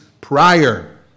prior